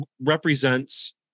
represents